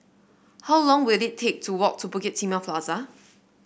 how long will it take to walk to Bukit Timah Plaza